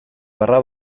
barra